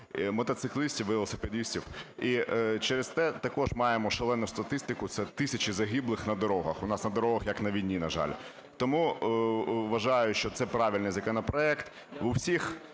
мотоциклістів, велосипедистів. І через те також маємо шалену статистику - це тисячі загиблих на дорогах. У нас на дорогах, як на війні, на жаль. Тому вважаю, що це правильний законопроект. В